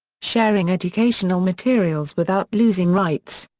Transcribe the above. sharing educational materials without losing rights.